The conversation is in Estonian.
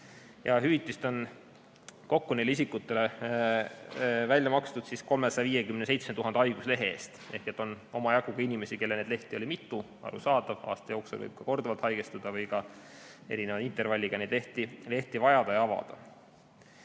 Hüvitist kokku on neile isikutele välja makstud 357 000 haiguslehe eest. Omajagu on inimesi, kellel neid lehti oli mitu – arusaadav, aasta jooksul võib ka korduvalt haigestuda või erineva intervalliga neid lehti vajada ja avada.